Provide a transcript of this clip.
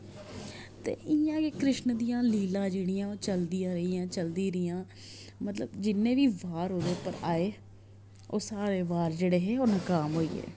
ते इ'यां गै कृष्ण दी लीला जेह्ड़ियां चलदियां रेहियां चलदियां रेहियां मतलब जि'न्ने बी वार ओह्दे उप्पर आए ओह् सारे वार जेह्डे़ हे नकाम होई गे